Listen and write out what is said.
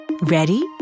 Ready